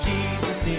Jesus